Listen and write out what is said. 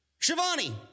Shivani